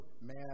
man